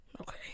Okay